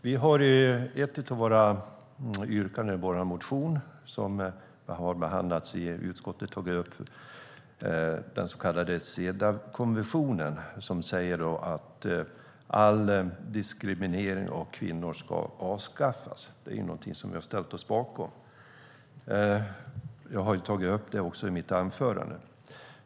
Vi har i ett av våra yrkanden i vår motion som har behandlats i utskottet tagit upp den så kallade Cedawkonventionen, som säger att all diskriminering av kvinnor ska avskaffas. Det är någonting som vi har ställt oss bakom. Jag har också tagit upp det i mitt anförande.